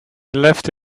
left